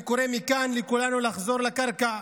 אני קורא מכאן לכולנו לחזור לקרקע,